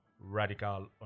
radical